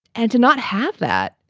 and to not have that,